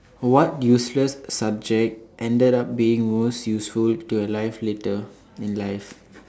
what useless subject ended up being most useful to your life later in life